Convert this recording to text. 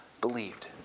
believed